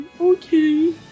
Okay